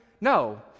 No